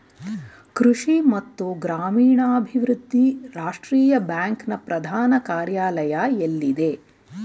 ಕೃಷಿ ಮತ್ತು ಗ್ರಾಮೀಣಾಭಿವೃದ್ಧಿ ರಾಷ್ಟ್ರೀಯ ಬ್ಯಾಂಕ್ ನ ಪ್ರಧಾನ ಕಾರ್ಯಾಲಯ ಎಲ್ಲಿದೆ?